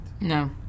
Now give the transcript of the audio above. No